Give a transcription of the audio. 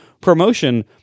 ProMotion